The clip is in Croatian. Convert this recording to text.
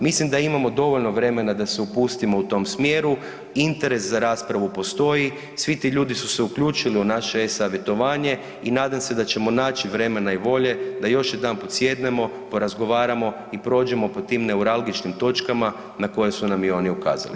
Mislim da imamo dovoljno vremena da se upustimo u tom smjeru, interes za raspravu postoji, svi ti ljudi su se uključili u naše e-savjetovanje i nadam se da ćemo naći vremena i volje da još jedanput sjednemo, porazgovaramo i prođemo po tim neuralgičnim točkama na koje su nam i oni ukazali.